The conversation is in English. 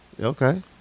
Okay